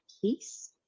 peace